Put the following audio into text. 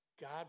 God